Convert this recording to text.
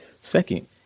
second